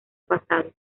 pasado